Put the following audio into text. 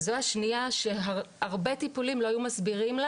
זו השנייה שהרבה טיפולים לא היו מסבירים לה